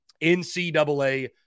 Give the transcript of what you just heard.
NCAA